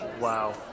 Wow